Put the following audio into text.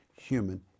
human